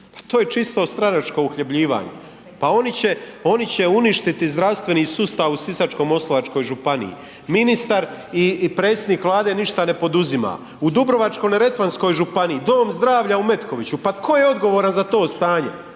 To je čisto stranačko uhljebljivanje. Pa oni će, oni će uništiti zdravstveni sustav u Sisačko-moslavačkoj županiji. Ministar i predsjednik Vlade ništa ne poduzima. U Dubrovačko-neretvanskoj županiji dom zdravlja u Metkoviću, pa tko je odgovoran za to stanje,